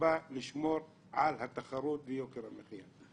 שבא לשמור על התחרות ולהתמודד עם יוקר המחייה.